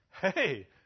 Hey